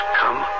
come